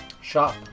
Shop